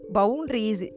Boundaries